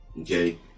Okay